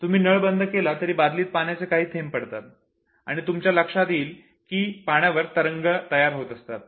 तुम्ही नळ बंद केला तरी बादलीत पाण्याचे काही थेंब पडतात आणि तुमच्या लक्षात येईल की पाण्यावर तरंग तयार होत असतात